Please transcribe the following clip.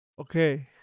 Okay